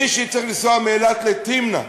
מי שיצטרך לנסוע מאילת לתמנע,